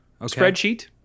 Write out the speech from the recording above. spreadsheet